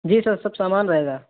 جی sir سب سامان رہے گا